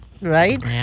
right